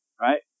right